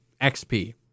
XP